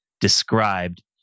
described